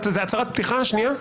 זה הצהרת פתיחה?